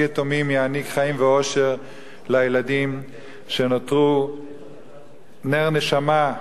ואבי יתומים יעניק חיים ואושר לילדים שנותרו נר נשמה,